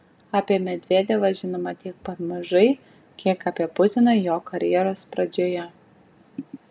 apie medvedevą žinoma tiek pat mažai kiek apie putiną jo karjeros pradžioje